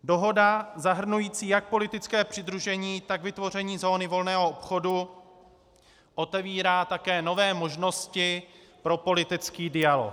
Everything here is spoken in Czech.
Dohoda zahrnující jak politické přidružení, tak vytvoření zóny volného obchodu otevírá také nové možnosti pro politický dialog.